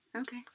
Okay